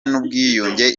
n’ubwiyunge